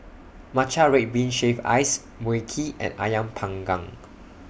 Matcha Red Bean Shaved Ice Mui Kee and Ayam Panggang